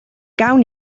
gawn